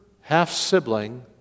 half-sibling